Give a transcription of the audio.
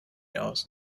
aus